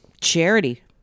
charity